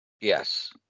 yes